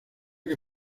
que